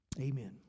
Amen